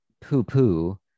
poo-poo